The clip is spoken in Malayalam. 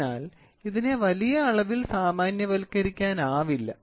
അതിനാൽ ഇതിനെ വലിയ അളവിൽ സാമാന്യവൽക്കരിക്കാനാവില്ല